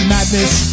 Madness